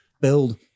build